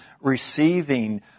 receiving